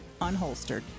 Unholstered